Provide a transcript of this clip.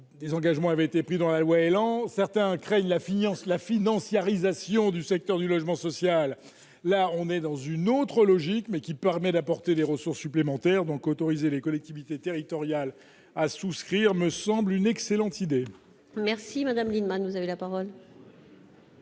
des engagements avaient été pris dans la loi élan certains craignent la finance la financiarisation du secteur du logement social, là on est dans une autre logique, mais qui permet d'apporter des ressources supplémentaires donc autoriser les collectivités territoriales à souscrire, me semble une excellente idée. Merci Madame Lienemann, vous avez la parole.